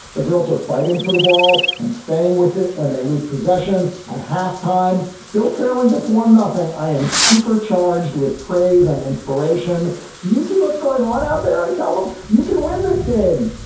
the girls are fighting for the ball and staying with it when they lose possession at halftime. still trailing just one. nothing. i am super charged with praise and inspiration do you see what's going on out there? tell them you can win this game.